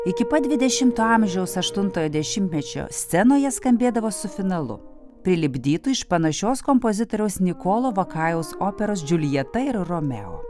iki pat dvidešimo amžiaus aštuntojo dešimmečio scenoje skambėdavo su finalu prilipdytu iš panašios kompozitoriaus nikolo vakajaus operos džiuljeta ir romeo